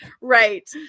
Right